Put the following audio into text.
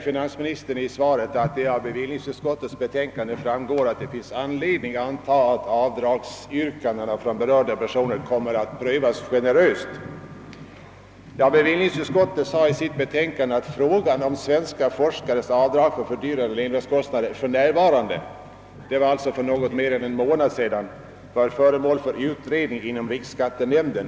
Finansministern säger i svaret att det av - bevillningsutskottets betänkande »framgår att det finns anledning anta, att avdragsyrkandena kommer att prövas generöst». Bevillningsutskottet sade i sitt betänkande att enligt vad det erfarit är »frågan om svenska forskares avdrag för fördyrade levnadskostnader i USA för närvarande» — det var alltså för något mer än en månad sedan — »föremål för utredning inom riksskattenämnden.